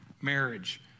Marriage